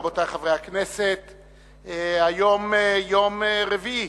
גבירותי ורבותי חברי הכנסת, היום יום רביעי,